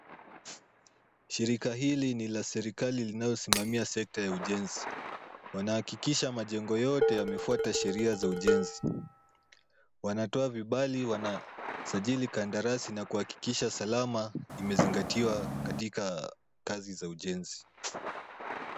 shirika hili ni la serikali linalo inasimamia sekta ya ujenzi. wanaakikisha majengo yote yamefwata sheria za ujenzi wanatoa vibali, wanasajili kandarasi, na kuhakikisha salama imezingatiwa katika kazi za ujenzi